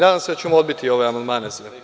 Nadam se da ćemo odbiti sve ove amandmane.